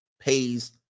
pays